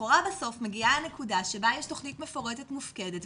לכאורה בסוף מגיעה הנקודה שבה יש תכנית מפורטת מופקדת,